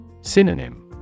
Synonym